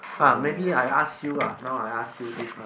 ah maybe I ask you ah now I ask you this one